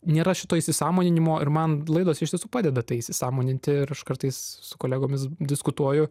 nėra šito įsisąmoninimo ir man laidos iš tiesų padeda tai įsisąmoninti ir aš kartais su kolegomis diskutuoju